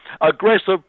aggressive